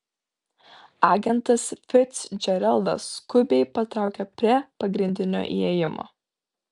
agentas ficdžeraldas skubiai patraukia prie pagrindinio įėjimo